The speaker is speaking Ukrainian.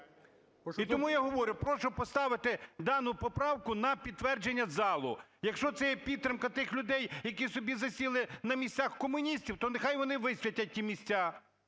І тому я говорю, прошу поставити дану поправку на підтвердження залу. Якщо це є підтримка тих людей, які собі засіли на місцях комуністів, то нехай вони висвітять ті місця.